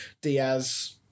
Diaz